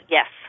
Yes